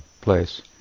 place